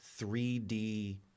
3D